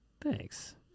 Thanks